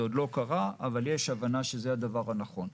זה עוד לא קרה, אבל יש הבנה שזה הדבר הנכון.